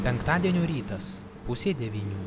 penktadienio rytas pusė devynių